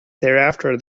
thereafter